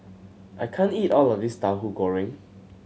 I can't eat all of this Tahu Goreng